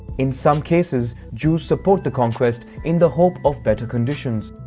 in some cases jews support the conquest in the hope of better conditions.